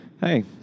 Hey